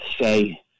say